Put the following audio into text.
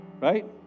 Right